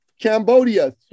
Cambodia